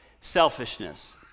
selfishness